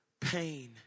pain